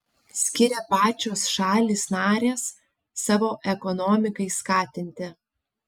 skiria pačios šalys narės savo ekonomikai skatinti